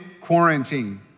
quarantine